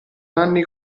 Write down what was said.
anni